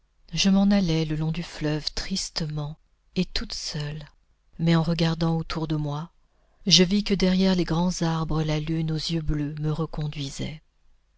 je m'en allai le long du fleuve tristement et toute seule mais en regardant autour de moi je vis que derrière les grands arbres la lune aux yeux bleus me reconduisait